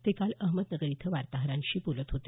ते काल अहमदनगर इथं वार्ताहरांशी बोलत होते